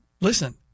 listen